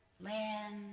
land